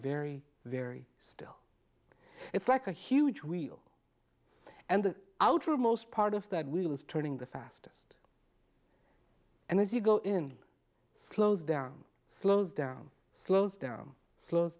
very very still it's like a huge wheel and the outermost part of that we was turning the fastest and as you go in slows down slows down slows down slows